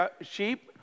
sheep